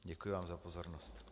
Děkuji vám za pozornost.